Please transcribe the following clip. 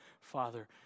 Father